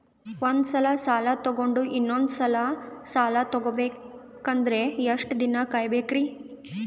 ಒಂದ್ಸಲ ಸಾಲ ತಗೊಂಡು ಇನ್ನೊಂದ್ ಸಲ ಸಾಲ ತಗೊಬೇಕಂದ್ರೆ ಎಷ್ಟ್ ದಿನ ಕಾಯ್ಬೇಕ್ರಿ?